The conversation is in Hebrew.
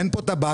אין פה טבק,